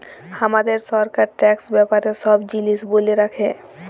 হামাদের সরকার ট্যাক্স ব্যাপারে সব জিলিস ব্যলে রাখে